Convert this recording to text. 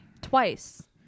Twice